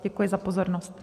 Děkuji za pozornost.